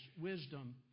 wisdom